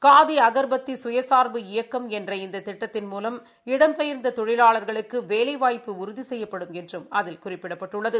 காதி அன்பத்தி சுயசா்பு இயக்கம் என்ற இந்த திட்டத்தின் மூலம் இடம்பெயர்ந்த தொழிலாளர்களுக்கு வேலைவாய்ப்புகள் உறுதி செய்யப்படும் என்றும் அதில் குறிப்பிடப்பட்டுள்ளது